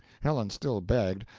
helen still begged,